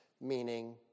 Meaning